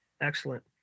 Excellent